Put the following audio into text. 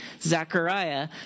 Zechariah